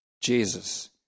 Jesus